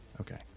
Okay